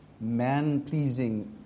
man-pleasing